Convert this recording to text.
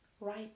right